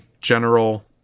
general